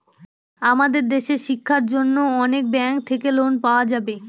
আমাদের দেশের শিক্ষার জন্য অনেক ব্যাঙ্ক থাকে লোন পাওয়া যাবে